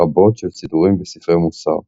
רבות של סידורים וספרי מוסר.